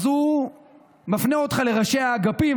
ואז הוא מפנה אותך לראשי האגפים,